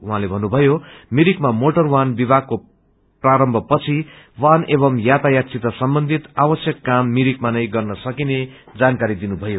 उहाँले भन्नुभयो भिरिकमा मोटर वाहन विथागको प्रारम्थ पछि वाहन एंव यातायातसित सम्बन्चीत आवश्यक क्रम भिरिकमा नै गर्न सेकिने जानकारी दिनुथयो